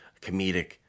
comedic